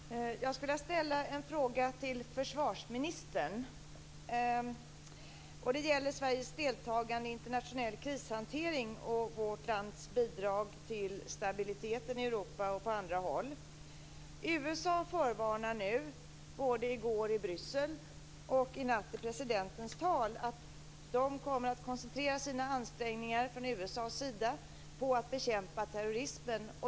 Herr talman! Jag skulle vilja ställa en fråga till försvarsministern. Den gäller Sveriges deltagande i internationell krishantering och vårt lands bidrag till stabiliteten i Europa och på andra håll. USA förvarnar nu - både i går i Bryssel och i natt i presidentens tal - om att man kommer att koncentrera ansträngningarna från USA:s sida på att bekämpa terrorismen.